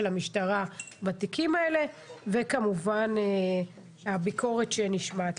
המשטרה בתיקים האלה וכמובן הביקורת שנשמעת.